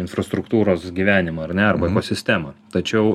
infrastruktūros gyvenimą ar ne arba sistemą tačiau